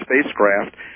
spacecraft